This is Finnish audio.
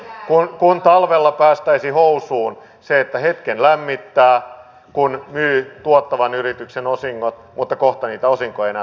se on kuin talvella päästäisi housuun se että hetken lämmittää kun myy tuottavan yrityksen osingot mutta kohta niitä osinkoja ei enää tule